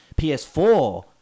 PS4